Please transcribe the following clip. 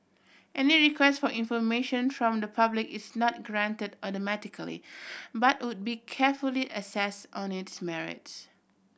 any request for information from the public is not granted automatically but would be carefully assessed on its merits